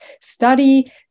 study